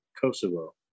Kosovo